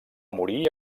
morir